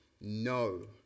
no